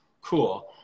cool